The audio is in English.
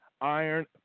iron